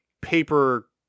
paper